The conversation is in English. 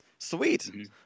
Sweet